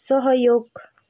सहयोग